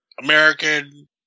American